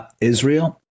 Israel